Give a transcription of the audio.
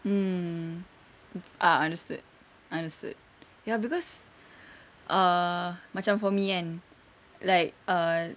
mm ah understood understood ya cause uh macam for me kan like uh